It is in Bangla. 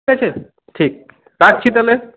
ঠিক আছে ঠিক রাখছি তাহলে